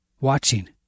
Watching